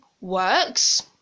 works